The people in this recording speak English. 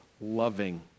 loving